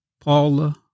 Paula